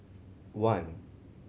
one